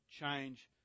change